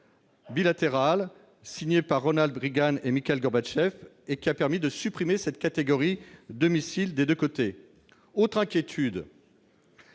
bilatéral signé par Ronald Reagan et Mikhaïl Gorbatchev permette de supprimer cette catégorie de missiles des deux côtés. Autre inquiétude